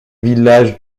village